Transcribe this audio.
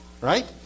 right